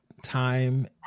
time